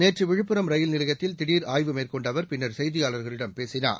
நேற்று விழுப்புரம் ரயில் நிலையத்தில் திடீர் ஆய்வு மேற்கொண்ட அவர் பின்னர் செய்தியாளர்களிடம் பேசினார்